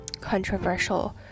controversial